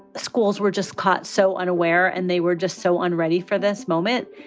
schools were just caught so unaware and they were just so unready for this moment.